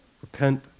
repent